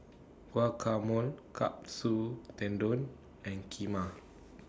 Guacamole Katsu Tendon and Kheema